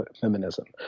feminism